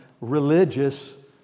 religious